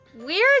weird